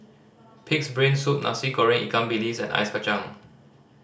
Pig's Brain Soup Nasi Goreng ikan bilis and ice kacang